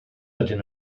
ydyn